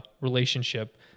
relationship